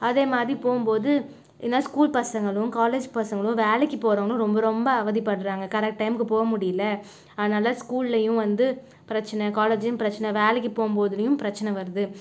அதே மாதிரி போகும் போது எல்லா ஸ்கூல் பசங்களும் காலேஜ் பசங்களும் வேலைக்கு போகிறவங்களும் ரொம்ப ரொம்ப அவதிப்படறாங்க கரெக்ட் டைமுக்கு போக முடியல அதனால் ஸ்கூலேயும் வந்து பிரச்சனை காலேஜிலேயும் பிரச்சனை வேலைக்கு போகும் போதுலேயும் பிரச்சனை வருது